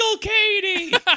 Katie